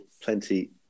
plenty